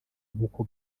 nk’uko